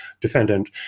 defendant